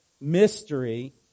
mystery